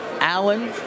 Allen